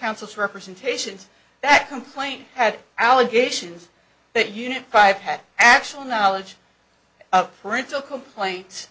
counsel's representations that complaint had allegations that unit five had actual knowledge of parental complaints